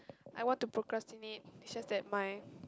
I want to procrastinate is just that my